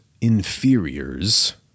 inferiors